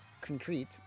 Concrete